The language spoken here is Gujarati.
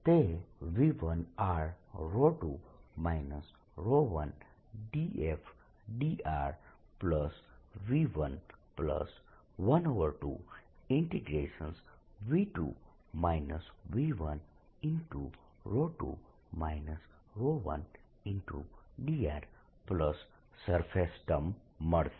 તે V12 1df drV112 V2 V12 1drsurface term મળશે